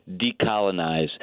decolonize